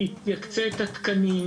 ויקצה את התקנים,